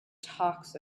talks